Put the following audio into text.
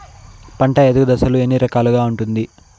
పంట ఎదుగు దశలు ఎన్ని రకాలుగా ఉంటుంది?